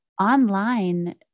online